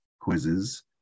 quizzes